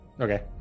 Okay